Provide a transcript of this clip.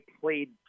played